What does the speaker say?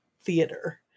theater